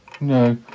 No